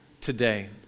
today